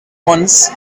once